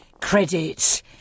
credit